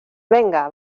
venga